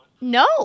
No